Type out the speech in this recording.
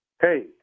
Hey